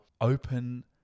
open